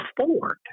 afford